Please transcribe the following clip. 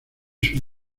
sus